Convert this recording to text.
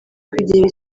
kwigirira